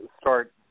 start